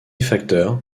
facteur